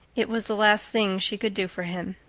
it was the last thing she could do for him.